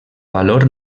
valor